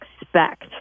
expect